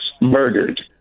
murdered